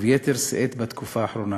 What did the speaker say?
וביתר שאת בתקופה האחרונה.